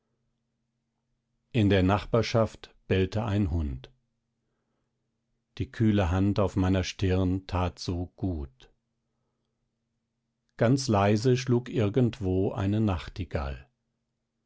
in der nachbarschaft bellte ein hund die kühle hand auf meiner stirn tat so gut ganz leise schlug irgendwo eine nachtigall